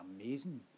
amazing